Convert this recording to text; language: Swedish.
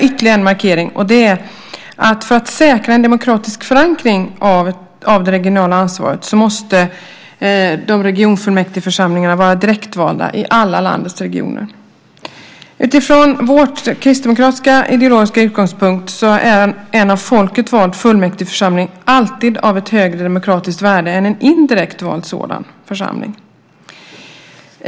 För att säkra en demokratisk förankring av det regionala ansvaret måste regionfullmäktigeförsamlingarna vara direktvalda i alla landets regioner. Utifrån vår kristdemokratiska ideologiska utgångspunkt är en av folket vald fullmäktigeförsamling alltid av ett högre demokratiskt värde än en indirekt vald sådan församling.